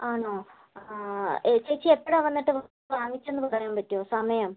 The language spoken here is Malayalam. ആണോ ആ ചേച്ചി എപ്പോഴാണ് വന്നിട്ട് വാങ്ങിച്ചതെന്ന് പറയാൻ പറ്റുമോ സമയം